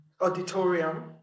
auditorium